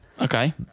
Okay